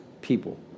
people